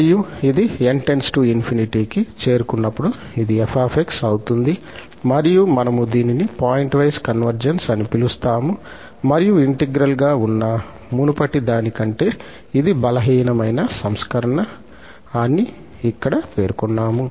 మరియు ఇది 𝑛 →∞ కి చేరుకున్నప్పుడు ఇది 𝑓𝑥 అవుతుంది మరియు మనము దీనిని పాయింట్ వైస్ కన్వర్జెన్స్ అని పిలుస్తాము మరియు ఇంటిగ్రల్ గా ఉన్న మునుపటి దాని కంటే ఇది బలమైన సంస్కరణవర్షన్ అని ఇక్కడ పేర్కొన్నాము